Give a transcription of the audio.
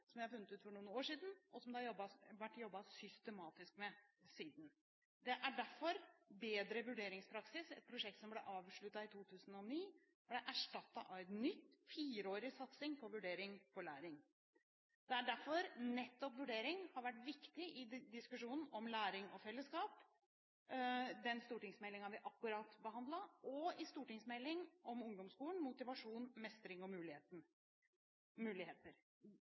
som jeg har funnet ut for noen år siden, og som det har vært jobbet systematisk med siden. Det er derfor Bedre vurderingspraksis, et prosjekt som ble avsluttet i 2009, ble erstattet av en ny fireårig satsing på Vurdering for læring. Det er derfor nettopp vurdering har vært viktig i diskusjonen om Læring og fellesskap, den stortingsmeldingen vi akkurat behandlet, og i stortingsmeldingen om ungdomsskolen, Motivasjon – Mestring – Muligheter.